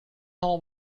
hall